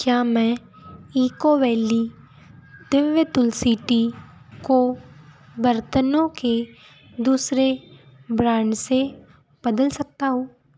क्या मैं Eco Valley Divya Tulsi tea को बर्तनों के दूसरे ब्रांड से बदल सकता हूँ